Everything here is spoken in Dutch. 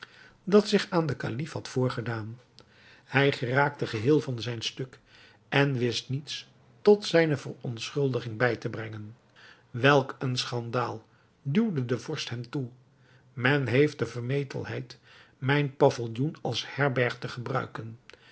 dat zich aan den kalif had voorgedaan hij geraakte geheel van zijn stuk en wist niets tot zijne verontschuldiging bij te brengen welk een schandaal duwde de vorst hem toe men heeft de vermetelheid mijn pavilloen als herberg te gebruiken